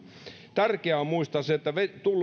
tärkeää on muistaa se että